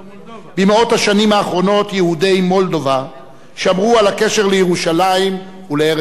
במאות השנים האחרונות יהודי מולדובה שמרו על הקשר לירושלים ולארץ-ישראל.